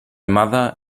mother